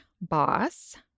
boss